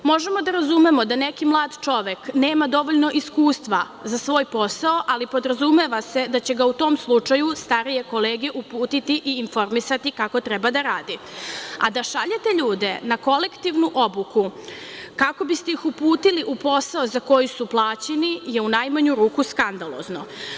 Možemo da razumemo da neki mlad čovek nema dovoljno iskustva za svoj posao, ali podrazumeva se da će ga u tom slučaju starije kolege uputiti i informisati kako treba da radi, a da šaljete ljude na kolektivnu obuku, kako biste ih uputili u posao za koji ste plaćeni je u najmanju ruku skandalozno.